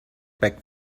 back